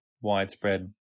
widespread